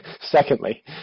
Secondly